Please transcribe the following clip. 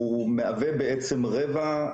הוא מהווה בעצם רבע,